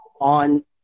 on